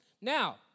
Now